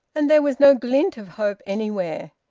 and there was no glint of hope anywhere.